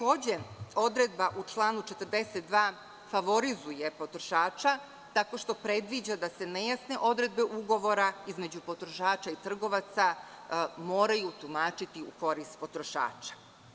Odredba u članu 42. favorizuje potrošača tako što predviđa da se nejasne odredbe ugovora između potrošača i trgovaca moraju tumačiti u korist potrošača.